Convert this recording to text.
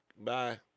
Bye